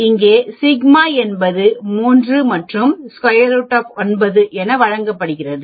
இங்கு σ என்பது 3 √9 என வழங்கப்படுகிறது